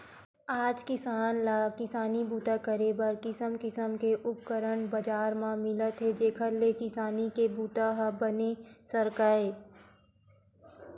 आज किसान ल किसानी बूता करे बर किसम किसम के उपकरन बजार म मिलत हे जेखर ले किसानी के बूता ह बने सरकय